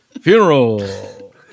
funeral